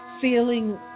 feeling